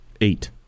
Eight